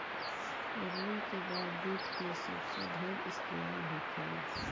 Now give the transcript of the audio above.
रुई के बाद जुट के सबसे ढेर इस्तेमाल होखेला